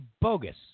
bogus